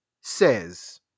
says